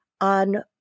on